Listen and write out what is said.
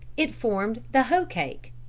it formed the hoe cake.